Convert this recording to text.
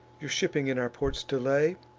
your shipping in our ports to lay,